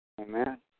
Amen